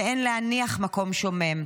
ואין להניח מקום שומם.